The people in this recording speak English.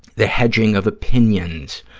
the hedging of opinions,